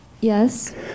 Yes